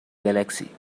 galaxy